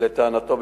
לטענתו,